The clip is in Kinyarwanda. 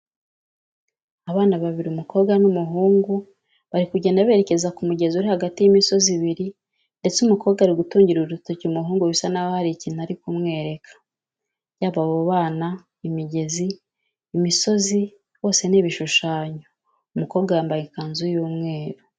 Abana babiri: umukobwa n'umuhungu bari kugenda berekera ku mugezi uri hagati y'imisozi ibiri ndetse umukobwa ari gutungira urutoki umuhungu bisa naho hari ikintu ari kumwereka. Yaba abo bana, imigezi, imisozi bose ni ibishushanyo. Umukobwa yambaye ikanzu y'umweru.